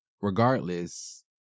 Regardless